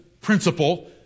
principle